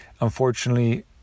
unfortunately